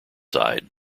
side